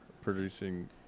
producing